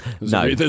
No